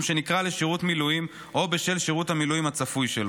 שנקרא לשירות מילואים או בשל שירות המילואים הצפוי שלו.